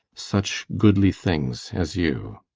such goodly things as you!